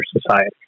society